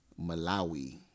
Malawi